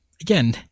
again